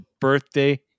Birthday